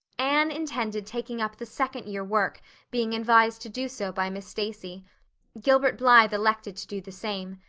anne intended taking up the second year work being advised to do so by miss stacy gilbert blythe elected to do the same.